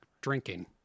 drinking